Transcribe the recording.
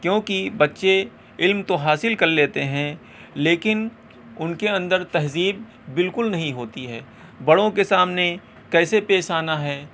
کیونکہ بچے علم تو حاصل کر لیتے ہیں لیکن اُن کے اندر تہذیب بالکل نہیں ہوتی ہے بڑوں کے سامنے کیسے پیش آنا ہے